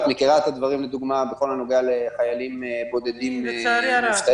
את מכירה את הדברים למשל בכל הנוגע לחיילים בודדים ומובטלים,